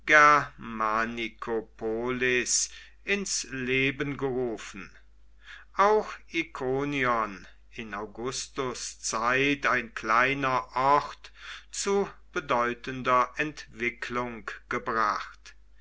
ins leben gerufen auch ikonion in augustus zeit ein kleiner ort zu bedeutender entwicklung gebracht